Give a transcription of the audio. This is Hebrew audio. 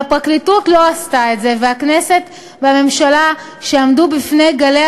אבל הגענו למצב אבסורדי, שאין לה אחריות.